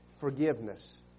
forgiveness